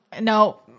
no